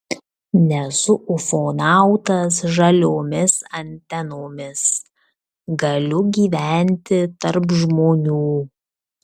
nesu ufonautas žaliomis antenomis galiu gyventi tarp žmonių